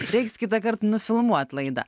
reiks kitąkart nufilmuot laidą